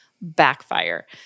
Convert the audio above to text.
backfire